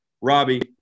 Robbie